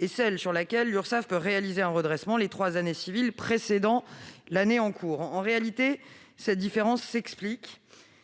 -et celle pendant laquelle l'Urssaf peut réaliser un redressement- les trois années civiles précédant l'année en cours. En réalité, cette différence s'explique